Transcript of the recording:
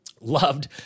loved